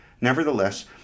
Nevertheless